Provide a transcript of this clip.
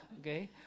okay